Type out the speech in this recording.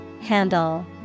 Handle